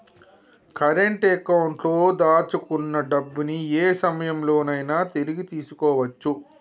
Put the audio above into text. current అకౌంట్లో దాచుకున్న డబ్బుని యే సమయంలోనైనా తిరిగి తీసుకోవచ్చు